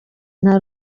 nta